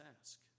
ask